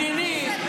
מדיני,